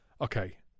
Okay